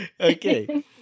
Okay